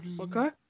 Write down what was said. Okay